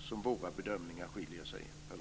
som våra bedömningar skiljer sig åt,